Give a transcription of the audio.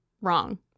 wrong